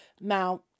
Now